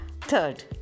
Third